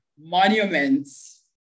monuments